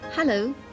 Hello